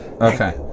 Okay